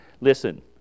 Listen